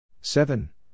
Seven